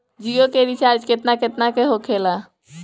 जियो के रिचार्ज केतना केतना के होखे ला?